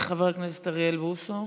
חבר הכנסת אוריאל בוסו.